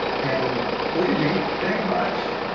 and believe me, it ain't much,